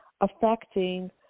affecting